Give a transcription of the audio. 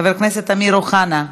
חבר הכנסת אמיר אוחנה,